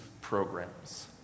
programs